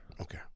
Okay